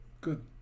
Good